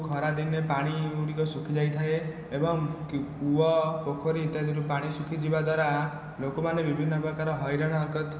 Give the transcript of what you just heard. ଖରାଦିନେ ପାଣି ଗୁଡ଼ିକ ଶୁଖି ଯାଇଥାଏ ଏବଂ କୂଅ ପୋଖରୀ ଇତ୍ୟାଦିରୁ ପାଣି ଶୁଖିଯିବା ଦ୍ୱାରା ଲୋକମାନେ ବିଭିନ୍ନ ପ୍ରକାର ହଇରାଣ ହରକତ